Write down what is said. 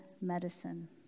medicine